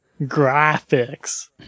graphics